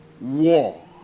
war